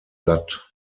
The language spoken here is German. satt